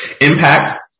Impact